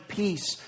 peace